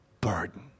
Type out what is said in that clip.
burden